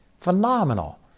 phenomenal